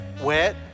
Wet